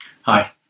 Hi